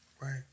Right